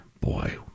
boy